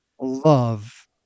love